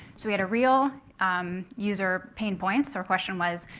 so we had a real user pain point. so our question was,